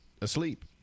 asleep